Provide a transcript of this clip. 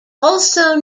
also